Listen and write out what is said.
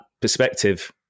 perspective